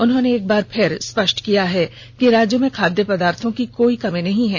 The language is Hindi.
उन्होंने एक बार फिर स्पष्ट किया है कि राज्य में खद्यय पदार्थो की कोई कमी नहीं है